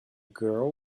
girl